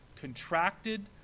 contracted